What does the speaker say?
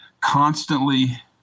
constantly